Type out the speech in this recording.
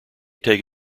take